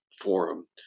forum